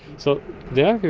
so there,